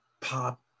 pop